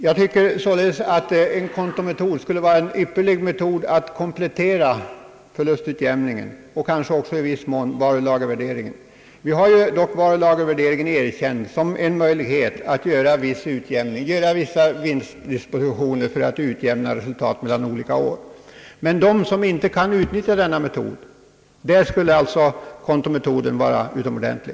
Jag anser att kontometoden är en ypperlig metod för att komplettera förlustutjämningen och kanske också i viss mån varulagervärderingen. Varulagervärderingen är dock erkänd som en möjlighet att göra vissa vinstdispositioner för att utjämna resultatet år från år. För dem som inte kan utnyttja den metoden skulle kontometoden vara en lämplig ersättning.